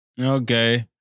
Okay